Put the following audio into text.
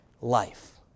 life